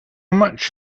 much